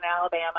Alabama